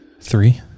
Three